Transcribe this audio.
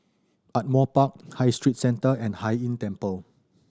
Ardmore Park High Street Centre and Hai Inn Temple